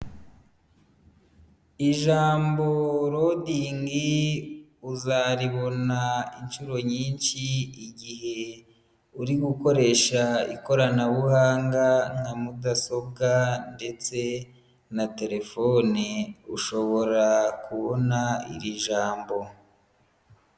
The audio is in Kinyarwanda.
Ijambo lodingi uzaribona inshuro nyinshi igihe uri gukoresha ikoranabuhanga nka mudasobwa ndetse na telefone, ushobora kubona iri jambo.